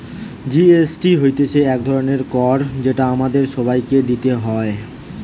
GST হতিছে এক ধরণের কর যেটা আমাদের সবাইকে দিতে হয়